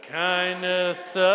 kindness